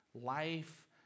Life